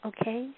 Okay